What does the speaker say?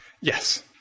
yes